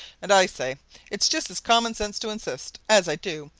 and i say it's just as common-sense to insist, as i do,